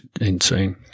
insane